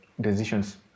decisions